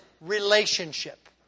relationship